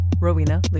Rowena